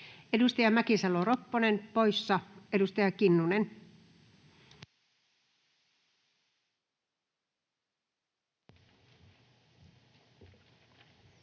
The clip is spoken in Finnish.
Edustaja Mäkisalo-Ropponen poissa. — Edustaja Kinnunen.